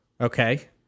Okay